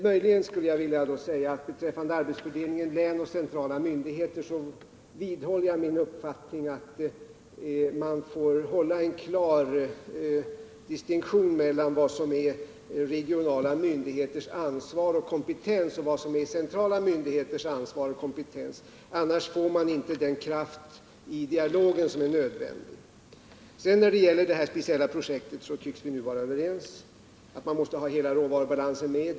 Möjligen skulle jag vilja säga beträffande arbetsfördelningen mellan länsmyndigheter och centrala myndigheter att jag vidhåller min uppfattning att man måste göra en klar distinktion mellan vad som är regionala myndigheters ansvar och kompetens och vad som är centrala myndigheters ansvar och kompetens. Annars får man inte den kraft i dialogen som är nödvändig. När det sedan gäller det här speciella projektet så tycks vi vara överens om att man måste ha hela råvarubalansen med i bilden.